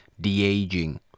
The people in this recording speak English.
de-aging